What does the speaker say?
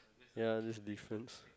ya that's the difference